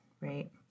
right